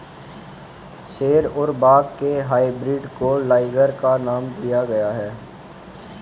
शेर और बाघ के हाइब्रिड को लाइगर नाम दिया गया है